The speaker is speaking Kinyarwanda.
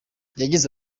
yagize